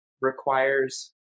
requires